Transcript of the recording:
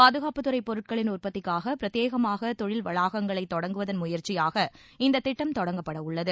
பாதுகாப்புத்துறை பொருட்களின் உற்பத்திக்காக பிரத்யேகமாக தொழில் வளாகங்களை தொடங்குவதள் முயற்சியாக இந்த திட்டம் தொடங்கப்படவுள்ளது